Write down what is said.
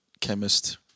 chemist